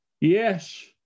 Yes